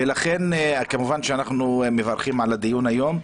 ולכן, כמובן שאנחנו מברכים על הדיון היום,